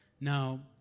Now